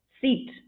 seat